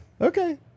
Okay